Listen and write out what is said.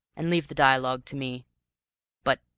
and leave the dialogue to me but,